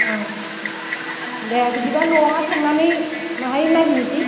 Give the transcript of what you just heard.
अ देह बिदिबा न'आवहाय थांनानै बाहाय नायहैनोसै